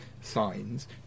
signs